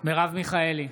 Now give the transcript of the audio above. מרב מיכאלי,